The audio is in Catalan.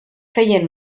feien